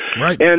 Right